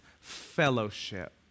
fellowship